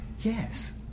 yes